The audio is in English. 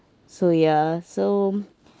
so ya so